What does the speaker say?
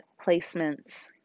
placements